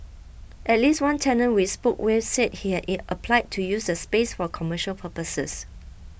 at least one tenant we spoke will said he had it applied to use the space for commercial purposes